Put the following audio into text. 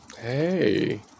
hey